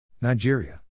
Nigeria